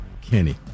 Kenny